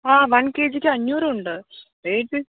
ആ one K G ക്ക് അഞ്ഞൂറുണ്ട് എയിറ്റ് ഫിഫ്